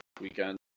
weekend